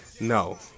No